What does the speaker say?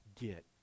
get